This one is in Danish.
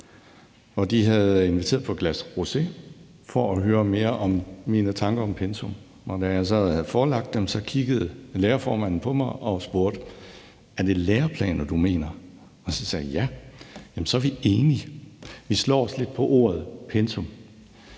de havde inviteret på et glas rosé for at høre mere om mine tanker om pensum. Da jeg så havde forelagt dem, kiggede lærerformanden på mig og spurgte: Er det læreplaner, du mener? Og så sagde jeg ja. Jamen så er vi enige; vi slår os lidt på ordet pensum.